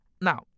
Now